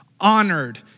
honored